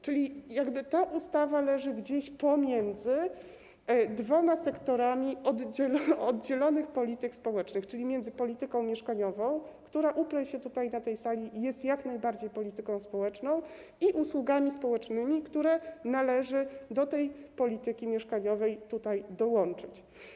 Czyli ta ustawa leży gdzieś pomiędzy dwoma sektorami oddzielonych polityk społecznych, czyli między polityką mieszkaniową, która, uprę się na tej Sali, jest jak najbardziej polityką społeczną, i usługami społecznymi, które należy do tej polityki mieszkaniowej dołączyć.